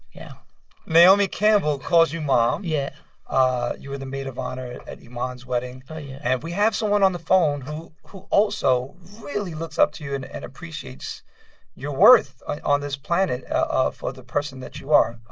yeah naomi campbell calls you mom yeah ah you were the maid of honor at at iman's wedding oh, yeah and we have someone on the phone who who also really looks up to you and and appreciates your worth on on this planet ah for the person that you are.